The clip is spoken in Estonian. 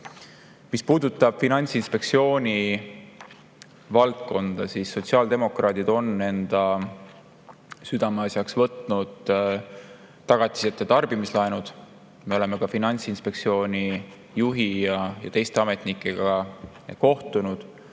tegelenud. Finantsinspektsiooni valdkonnas on sotsiaaldemokraadid enda südameasjaks võtnud tagatiseta tarbimislaenud. Me oleme ka Finantsinspektsiooni juhi ja teiste ametnikega kohtunud